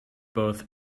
both